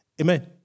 Amen